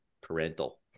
parental